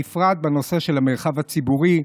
בפרט בנושא של המרחב הציבורי,